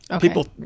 People